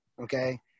okay